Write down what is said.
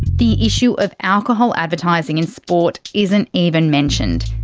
the issue of alcohol advertising in sport isn't even mentioned.